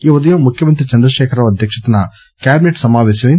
ఈ ఉదయం ముఖ్యమంత్రి చంద్రశేఖరరావు అధ్యక్షతన కేబినెట్ సమాపేశమై